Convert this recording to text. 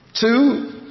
Two